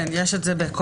כן, יש את זה בקובץ.